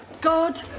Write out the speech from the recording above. god